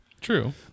true